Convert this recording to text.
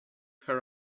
her